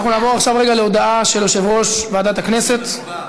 אנחנו נעבור עכשיו להודעה של יושב-ראש ועדת הכנסת,